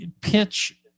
pitch